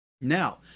Now